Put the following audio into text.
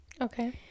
Okay